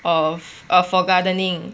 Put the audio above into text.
of err for gardening